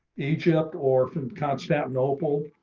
egypt or from constantinople,